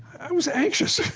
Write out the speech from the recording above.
i was anxious!